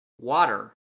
water